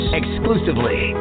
exclusively